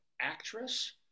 actress